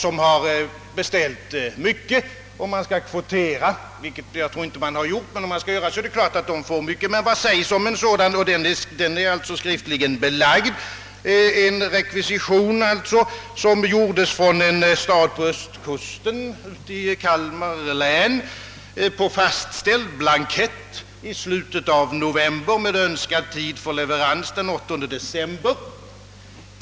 Om man skall kvotera — vilket jag inte tror att man har gjort — är det självklart att de som har beställt mycket också får mycket. Men vad sägs om följande: Från en stad i Kalmar län gjordes en rekvisition på fastställd blankett i slutet av november med önskad tid för leverans den 8 december.